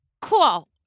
cool